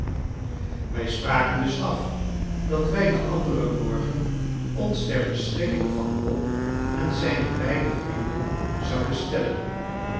wij spraken dus af dat wij den anderen morgen ons ter beschikking van bob en zijne beide vrienden zouden stellen